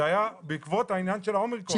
זה היה בעקבות העניין של האומיקרון.